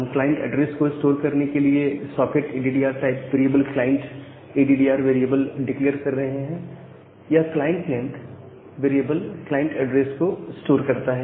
हम client address को store करने के लिए socket ADDR type variable client ADDR variable declare कर रहे हैं यह client length variable client address को स्टोर करता है